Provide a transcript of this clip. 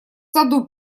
саду